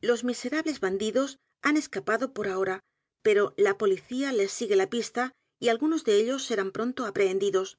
los miserables bandidos han escapado por ahora pero la policía les sigue la pista y algunos de ellos serán pronto aprehendidos